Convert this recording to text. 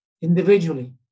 individually